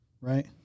right